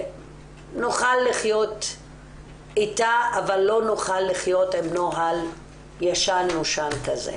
שנוכל לחיות איתה אבל לא נוכל לחיות עם נוהל ישן נושן כזה.